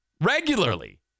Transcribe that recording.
regularly